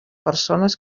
persones